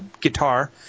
guitar